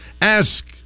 Ask